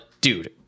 dude